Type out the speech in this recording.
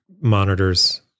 monitors